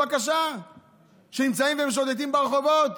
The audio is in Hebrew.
שנמצאים ומשוטטים ברחובות,